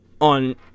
on